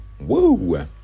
Woo